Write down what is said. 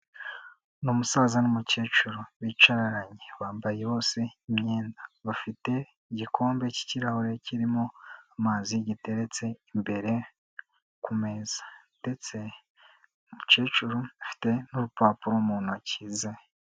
Ni umusaza n'umukecuru bicaranye, bambaye bose imyenda, bafite igikombe cy'ikirahure kirimo amazi giteretse imbere ku meza ndetse umukecuru afite n'urupapuro mu ntoki ze.